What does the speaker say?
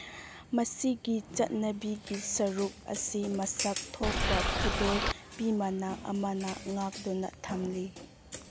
ꯃꯁꯤꯒꯤ ꯆꯠꯅꯕꯤꯒꯤ ꯁꯔꯨꯛ ꯑꯁꯤ ꯃꯁꯛ ꯊꯣꯛꯄ ꯈꯨꯗꯣꯜ ꯄꯤꯃꯅ ꯑꯃꯅ ꯉꯥꯛꯇꯨꯅ ꯊꯝꯂꯤ